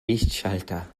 lichtschalter